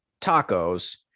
tacos